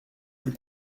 plus